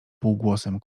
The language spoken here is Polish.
półgłosem